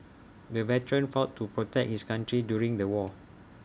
the veteran fought to protect his country during the war